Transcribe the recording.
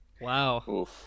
Wow